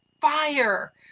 fire